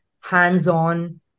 hands-on